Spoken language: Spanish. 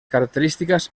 características